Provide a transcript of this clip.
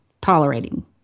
tolerating